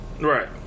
Right